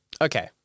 Okay